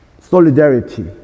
Solidarity